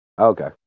Okay